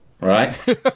right